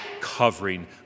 covering